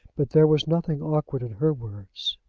but there was nothing awkward in her words.